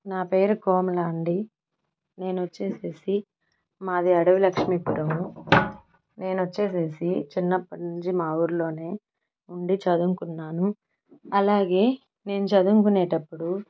నా పేరు కోమల అండి నేను వచ్చేసేసి మాది అడవి లక్ష్మీపురము నేనొచ్చేసేసి చిన్నప్పటి నుంచి మా ఊరిలోనే ఉండి చదువుకున్నాను అలాగే నేను చదువుకునేటప్పుడు